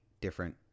different